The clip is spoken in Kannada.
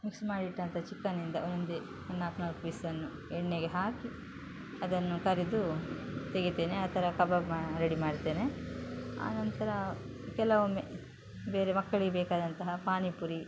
ಮಿಕ್ಸ್ ಮಾಡಿಟ್ಟಂಥ ಚಿಕನಿಂದ ಒಂದೊಂದೇ ನಾಲ್ಕು ನಾಲ್ಕು ಪೀಸನ್ನು ಎಣ್ಣೆಗೆ ಹಾಕಿ ಅದನ್ನು ಕರೆದು ತೆಗೆತೇನೆ ಆ ಥರ ಕಬಾಬ್ ಮಾ ರೆಡಿ ಮಾಡ್ತೇನೆ ಆನಂತರ ಕೆಲವೊಮ್ಮೆ ಬೇರೆ ಮಕ್ಕಳಿಗೆ ಬೇಕಾದಂತಹ ಪಾನಿಪುರಿ